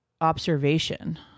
observation